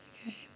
okay